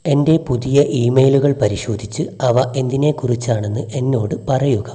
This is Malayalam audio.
എന്റെ പുതിയ ഇ മെയിലുകൾ പരിശോധിച്ച് അവ എന്തിനെക്കുറിച്ചാണെന്ന് എന്നോട് പറയുക